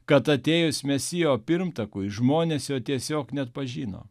kad atėjus mesijo pirmtakui žmonės jo tiesiog neatpažino